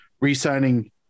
re-signing